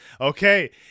okay